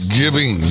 giving